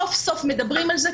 סוף-סוף מדברים על זה,